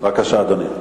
בבקשה, אדוני.